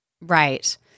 Right